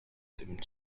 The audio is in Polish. tym